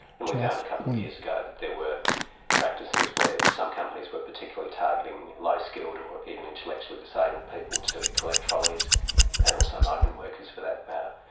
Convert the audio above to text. and we found a couple of years ago that there were practices where some companies were particularly targeting low-skilled or even intellectually disabled people to collect trolleys and also migrant workers for that matter.